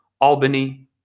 Albany